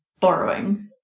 borrowing